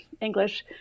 English